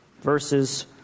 verses